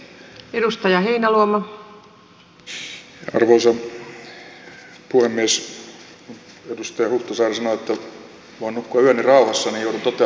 kun edustaja huhtasaari sanoi että voin nukkua yöni rauhassa niin joudun toteamaan kyllä että ensi yöstä tulee aika levoton koska